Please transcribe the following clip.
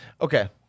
Okay